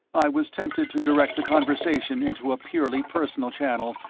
i was tempted to direct the conversation into a purely personal channel,